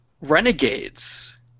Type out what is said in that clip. Renegades